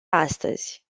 astăzi